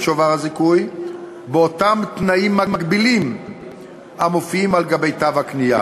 שובר הזיכוי באותם תנאים מגבילים המופיעים על תו הקנייה,